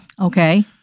Okay